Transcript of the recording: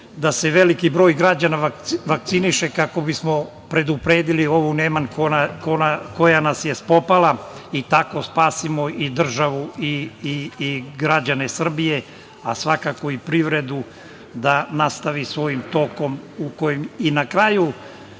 da se veliki broj građana vakciniše kako bismo predupredili ovu neman koja nas je spopala i tako spasimo i državu i građane Srbije, a svakako i privredu da nastavi svojim tokom. Na kraju,